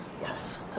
Yes